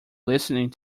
listening